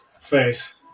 face